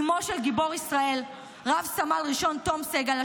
אימו של גיבור ישראל רב-סמל ראשון תום סגל,